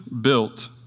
built